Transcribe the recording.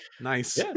Nice